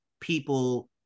people